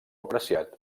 apreciat